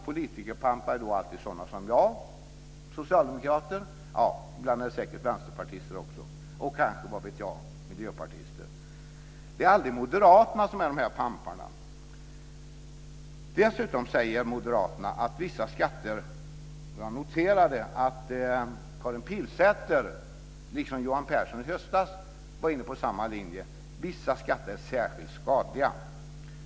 Politikerpampar är då alltid sådana som jag, socialdemokrater. Ibland kan det också vara vänsterpartister och kanske - vad vet jag - miljöpartister. Det är aldrig moderater som är pampar. Jag noterade att Karin Pilsäter, liksom Johan Pehrson i höstas, var inne på samma linje, att vissa skatter var särskilt skadliga.